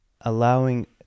allowing